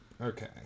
Okay